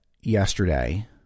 yesterday